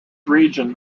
region